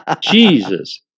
Jesus